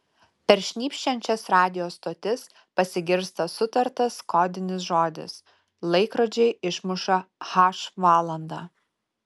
per šnypščiančias radijo stotis pasigirsta sutartas kodinis žodis laikrodžiai išmuša h valandą